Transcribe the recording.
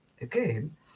again